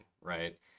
right